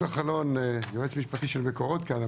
דודו כחלון, יועץ משפטי של מקורות כאן.